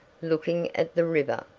looking at the river.